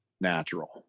natural